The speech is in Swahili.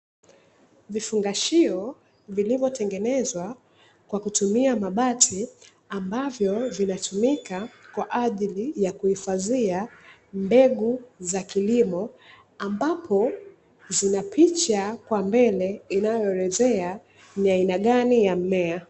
Vifungashio vilivyotengenezwa kwa kutumia mabati, ambavyo vinatumika kwa ajili ya kuhifadhia mbegu za kilimo ambapo zina picha kwa mbele inayoelezea ni aina gani ya mmea.